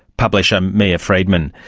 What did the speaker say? publisher um mia freedman.